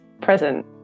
present